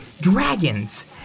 dragons